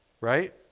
right